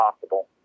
possible